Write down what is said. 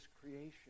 creation